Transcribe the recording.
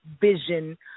vision